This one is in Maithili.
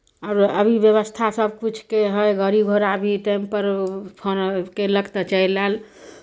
आरो अभी व्यवस्था सभकिछुके हइ गाड़ी घोड़ा भी टाइमपर फोन कयलक तऽ चलि आयल